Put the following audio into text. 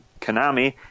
konami